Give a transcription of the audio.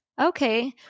Okay